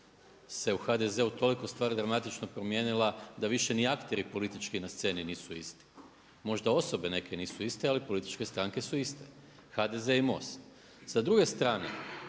se u HDZ-u toliko stvar dramatično promijenila da više ni akteri politički na sceni nisu isti. Možda osobe neke nisu iste ali političke stranke su iste, HDZ i MOST. Sa druge strane,